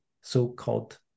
so-called